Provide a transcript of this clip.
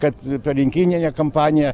kad per rinkininę kampaniją